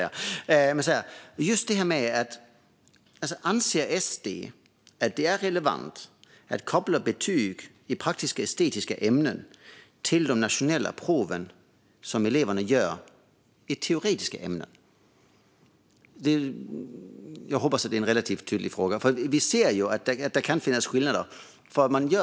Anser SD att det är relevant att koppla betyg i praktiska och estetiska ämnen till de nationella prov som eleverna gör i teoretiska ämnen? Jag hoppas att det är en relativt tydlig fråga. Vi ser ju att det kan finnas skillnader.